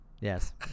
yes